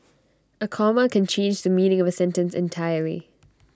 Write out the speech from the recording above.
A comma can change the meaning of A sentence entirely